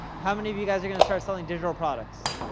how many of you guys are gonna start selling digital products?